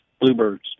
bluebirds